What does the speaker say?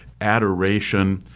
adoration